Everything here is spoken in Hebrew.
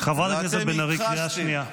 חברת הכנסת בן ארי, קריאה שנייה.